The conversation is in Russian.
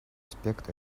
аспект